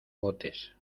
botes